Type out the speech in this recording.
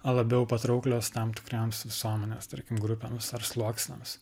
labiau patrauklios tam tikriems visuomenės tarkim grupėms ar sluoksniams